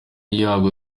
ihabwa